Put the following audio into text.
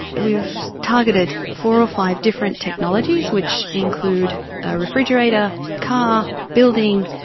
we've targeted four or five different technologies, which include a refrigerator, car, building,